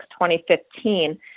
2015